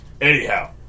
Anyhow